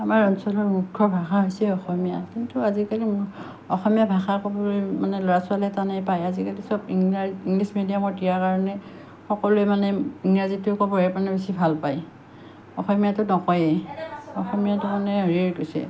আমাৰ অঞ্চলৰ মূখ্য ভাষা হৈছে অসমীয়া কিন্তু আজিকালি মু অসমীয়া ভাষাৰ ক'বলৈ মানে ল'ৰা ছোৱালীয়ে টানেই পায় আজিকালি সব ইংৰাজী ইংলিছ মিডিয়ামত দিয়াৰ কাৰণে সকলোৱে মানে ইংৰাজীটো ক'বহে মানে বেছি ভাল পায় অসমীয়াটো নকয়েই অসমীয়াটো মানে